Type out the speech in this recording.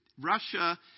Russia